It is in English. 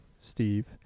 Steve